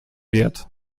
wird